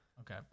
okay